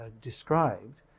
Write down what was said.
described